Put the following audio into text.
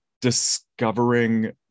discovering